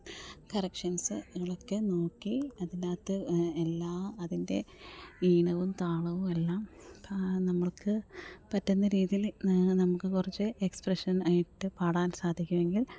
കറപ്ഷൻസുകളൊക്കെ നോക്കി അതിനകത്ത് എല്ലാ അതിൻ്റെ ഈണവും താളവും എല്ലാം നമ്മൾക്ക് പറ്റുന്ന രീതിയിൽ നമുക്ക് കുറച്ച് എക്സ്പ്രഷൻ ആയിട്ടു പാടാൻ സാധിക്കുമെങ്കിൽ